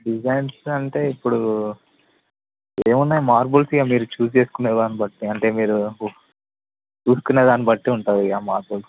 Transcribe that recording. designs అంటే ఇప్పుడు ఏమున్నాయి మార్బుల్స్ ఇక మీరు చూసి చూజ్ చేసుకునే దాన్ని బట్టి అంటే మీరు చూసుకునే దాన్ని బట్టి ఉంటుంది ఇక మార్బుల్స్